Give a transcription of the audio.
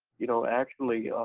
you know, actually